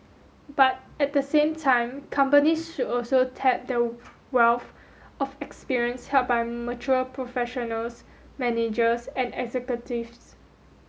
but at the same time companies should also tap the wealth of experience held by mature professionals managers and executives